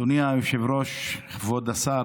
אדוני היושב-ראש, כבוד השר,